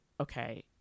okay